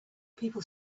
people